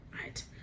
right